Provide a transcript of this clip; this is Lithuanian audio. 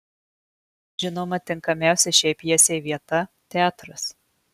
žinoma tinkamiausia šiai pjesei vieta teatras